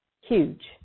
Huge